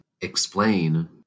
explain